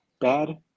bad